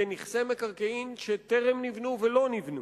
בנכסי מקרקעין שטרם נבנו ולא נבנו.